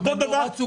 אותו דבר,